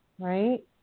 Right